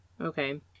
okay